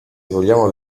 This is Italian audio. vogliamo